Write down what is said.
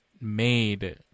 made